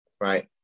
right